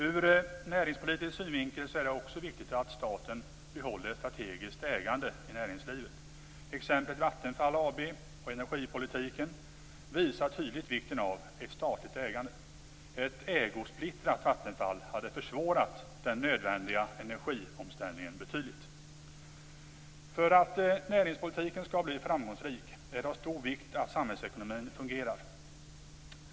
Ur näringspolitisk synvinkel är det också viktigt att staten behåller ett strategiskt ägande i näringslivet. Exemplet Vattenfall AB och energipolitiken visar tydligt vikten av ett statligt ägande. Ett ägosplittrat Vattenfall hade försvårat den nödvändiga energiomställningen betydligt. För att näringspolitiken skall bli framgångsrik är det av stor vikt att samhällsekonomin fungerar.